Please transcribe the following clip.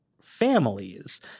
families